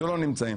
שלא נמצאים.